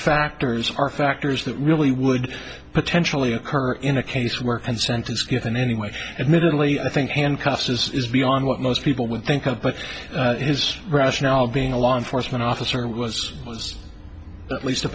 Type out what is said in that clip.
factors are factors that really would potentially occur in a case work and sentence given anyway admittedly i think handcuffs is beyond what most people would think of but his rationale being a law enforcement officer was at least a